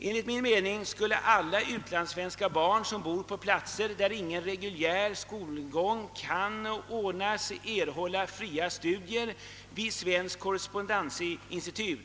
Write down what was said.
Enligt min mening borde alla utlandssvenska barn som bor på platser där ingen reguljär skolgång kan ordnas erhålla fria studier vid svenskt korrespondensinstitut.